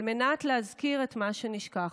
על מנת להזכיר את מה שנשכח,